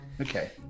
Okay